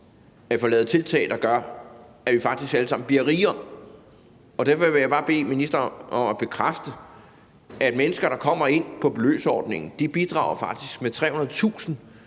at få lavet tiltag, der gør, at vi faktisk alle sammen bliver rigere. Derfor vil jeg bare bede ministeren om at bekræfte, at mennesker, der kommer ind på beløbsordningen, faktisk bidrager med 300.000